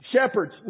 shepherds